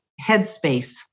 headspace